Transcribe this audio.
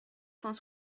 cent